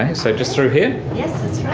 and so just through here? yes,